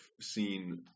seen